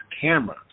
camera